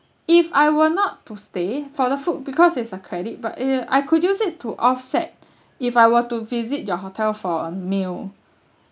if I were not to stay for the food because it's a credit but eh I could use it to offset if I were to visit your hotel for a meal